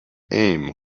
aim